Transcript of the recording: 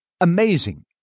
Amazing